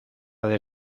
del